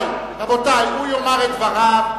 רבותי, הוא יאמר את דבריו.